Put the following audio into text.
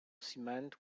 cement